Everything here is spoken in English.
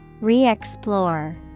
Re-explore